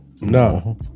No